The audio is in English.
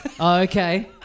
Okay